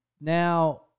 Now